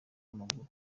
w’amaguru